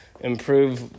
improve